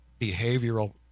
behavioral